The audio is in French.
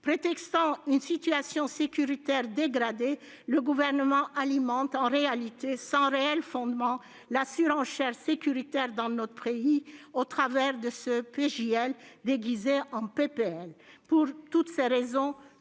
Prétextant une situation sécuritaire dégradée, le Gouvernement alimente en réalité, et sans réel fondement, une surenchère sécuritaire dans notre pays au travers de ce projet de loi déguisé en proposition de loi. Pour toutes ces raisons,